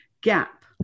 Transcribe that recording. gap